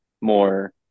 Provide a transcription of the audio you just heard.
more